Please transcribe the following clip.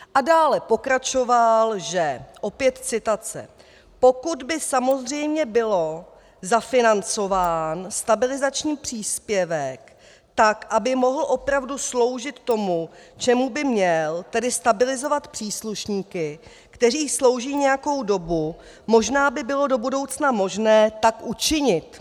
A dále pokračoval, že opět citace: Pokud by samozřejmě byl zafinancován stabilizační příspěvek tak, aby mohl opravdu sloužit tomu, čemu by měl, tedy stabilizovat příslušníky, kteří slouží nějakou dobu, možná by bylo do budoucna možné tak učinit.